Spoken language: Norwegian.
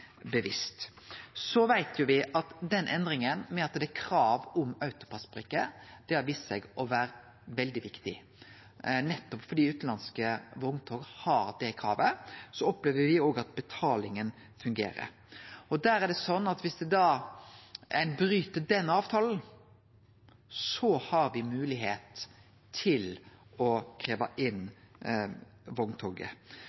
Så veit me at den endringa med at det er krav om AutoPASS-brikke, har vist seg å vere veldig viktig. Nettopp fordi utanlandske vogntog har det kravet, opplever me òg at betalinga fungerer. Der er det slik at viss ein bryt den avtalen, har me moglegheit til å